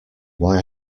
why